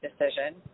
decision